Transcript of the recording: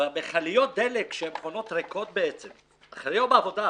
במכליות הדלק שחונות ריקות אחרי יום העבודה